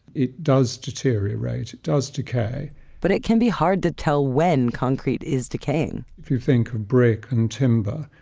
it does deteriorate. it does decay but it can be hard to tell when concrete is decaying if you think of brick and timber,